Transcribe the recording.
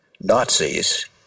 Nazis